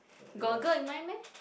got girl in mind meh